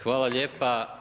Hvala lijepa.